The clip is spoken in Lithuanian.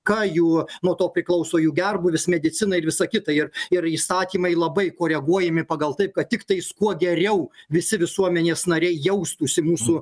ką jų nuo to priklauso jų gerbūvis medicina ir visa kita ir ir įstatymai labai koreguojami pagal taip kad tik tais kuo geriau visi visuomenės nariai jaustųsi mūsų